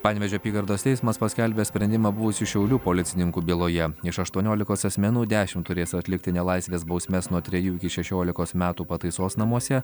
panevėžio apygardos teismas paskelbė sprendimą buvusių šiaulių policininkų byloje iš aštuoniolikos asmenų dešim turės atlikti nelaisvės bausmes nuo trejų iki šešiolikos metų pataisos namuose